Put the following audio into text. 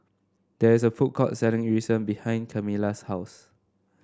there is a food court selling Yu Sheng behind Camila's house